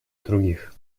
других